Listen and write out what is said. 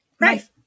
right